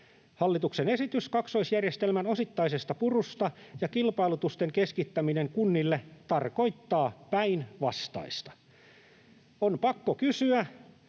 Hallituksen esitys kaksoisjärjestelmän osittaisesta purusta ja kilpailutusten keskittäminen kunnille tarkoittaa päinvastaista. On pakko kysyä,